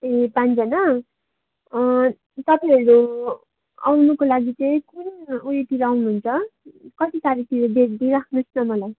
ए पाँचजना तपाईँहरू आउनुको लागि चाहिँ कुन उयोतिर आउनु हुन्छ कति तारिकतिर डेट दिइराख्नु होस् न मलाई